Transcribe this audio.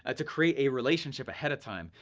ah to create a relationship ahead of time.